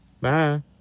Bye